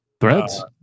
Threads